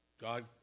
God